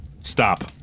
Stop